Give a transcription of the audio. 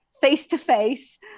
face-to-face